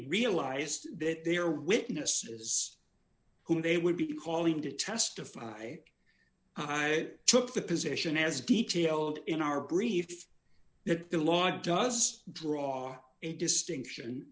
realized that their witnesses who they would be calling to testify i took the position as detail in our brief that the law does draw a distinction